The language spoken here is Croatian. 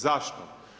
Zašto?